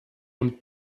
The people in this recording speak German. und